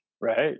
Right